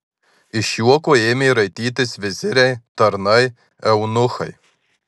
iš juoko ėmė raitytis viziriai tarnai eunuchai